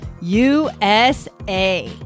USA